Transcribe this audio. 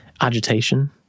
agitation